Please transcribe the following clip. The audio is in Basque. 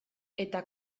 eta